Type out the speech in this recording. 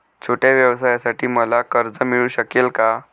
छोट्या व्यवसायासाठी मला कर्ज मिळू शकेल का?